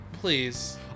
Please